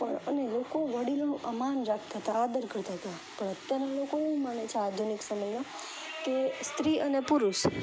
પણ અને લોકો વડીલોની માન રાખતા હતાં આદર કરતાં હતાં પણ અત્યારના લોકો એમ માને છે આધુનિક સમયમાં કે સ્ત્રી અને પુરુષ